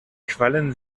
quallen